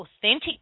authentic